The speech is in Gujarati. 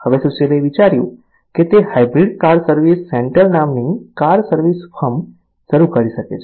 હવે સુશીલે વિચાર્યું કે તે હાઇબ્રિડ કાર સર્વિસ સેન્ટર નામની કાર સર્વિસ ફર્મ શરૂ કરી શકે છે